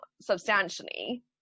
substantially